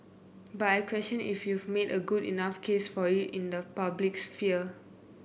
but I question if you've made a good enough case for it in the public sphere